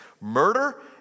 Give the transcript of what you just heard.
murder